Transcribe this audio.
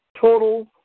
Total